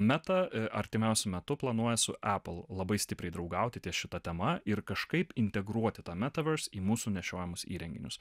meta artimiausiu metu planuoja su apple labai stipriai draugauti ties šita tema ir kažkaip integruoti tą metaverse į mūsų nešiojamus įrenginius